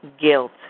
guilt